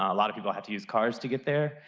a lot of people have to use cars to get there.